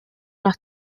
noch